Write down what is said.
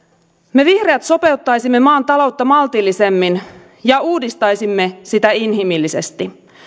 me vihreät sopeuttaisimme maan taloutta maltillisemmin ja uudistaisimme sitä inhimillisesti